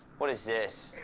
what is this?